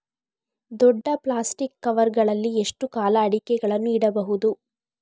ದೊಡ್ಡ plastic cover ಗಳಲ್ಲಿ ಎಷ್ಟು ಕಾಲ ಅಡಿಕೆಗಳನ್ನು ಇಡಬಹುದು?